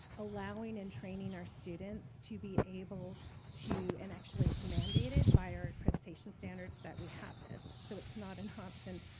allowing and training our students to be able to, and actually it's mandated by our accreditation standards that we have this. so it's not an option.